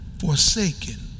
forsaken